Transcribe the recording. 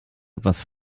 etwas